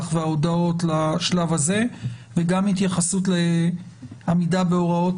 וההודעות לשלב הזה וגם התייחסות לעמידה בהוראות